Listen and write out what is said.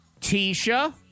Tisha